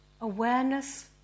Awareness